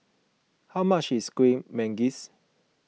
how much is Kuih Manggis